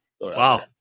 Wow